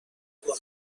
مطالعه